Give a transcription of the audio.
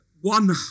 one